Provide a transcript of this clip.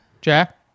Jack